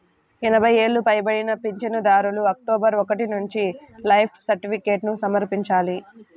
ఎనభై ఏళ్లు పైబడిన పింఛనుదారులు అక్టోబరు ఒకటి నుంచి లైఫ్ సర్టిఫికేట్ను సమర్పించాలి